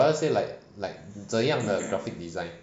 or rather say like 怎样的 graphic design